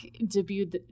debuted